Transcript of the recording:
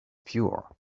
pure